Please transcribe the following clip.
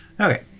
Okay